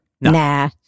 Nah